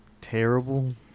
terrible